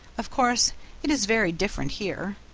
of course it is very different here,